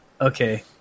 Okay